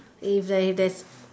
if they that